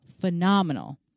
phenomenal